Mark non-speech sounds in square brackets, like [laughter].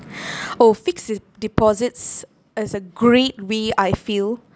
[breath] oh fixed de~ deposits is a great way I feel